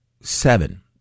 seven